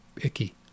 icky